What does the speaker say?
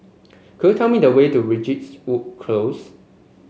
could you tell me the way to Close